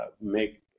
make